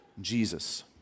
Jesus